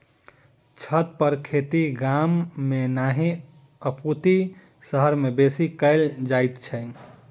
छतपर खेती गाम मे नहि अपितु शहर मे बेसी कयल जाइत छै